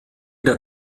der